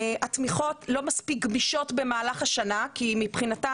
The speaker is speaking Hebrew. התמיכות לא מספיק גמישות במהלך השנה כי מבחינתם